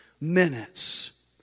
minutes